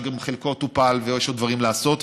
שגם חלקו טופל ויש עוד דברים לעשות,